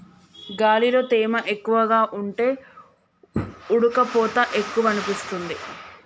గాలిలో తేమ ఎక్కువగా ఉంటే ఉడుకపోత ఎక్కువనిపిస్తుంది